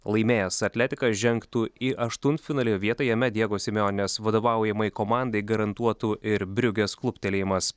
laimėjęs atletikas žengtų į aštuntfinalio vietą jame diego simeonės vadovaujamai komandai garantuotų ir briugės kluptelėjimas